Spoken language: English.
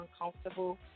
uncomfortable